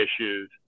issues